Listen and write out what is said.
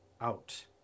out